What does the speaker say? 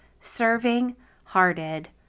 serving-hearted